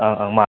ꯑꯪ ꯑꯪ ꯃꯥ